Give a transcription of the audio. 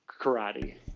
Karate